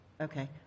Okay